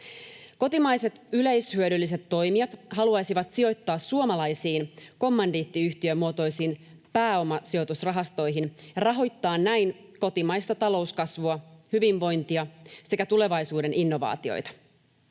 Kotimaiset yleishyödylliset toimijat haluaisivat sijoittaa suomalaisiin kommandiittiyhtiömuotoisiin pääomasijoitusrahastoihin ja rahoittaa näin kotimaista talouskasvua, hyvinvointia sekä tulevaisuuden innovaatioita.